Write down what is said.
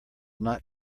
not